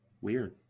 weird